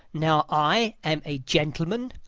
now i am a gentleman?